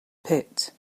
pit